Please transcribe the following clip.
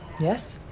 Yes